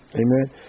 Amen